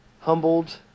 humbled